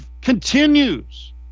continues